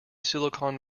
silicon